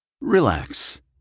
Relax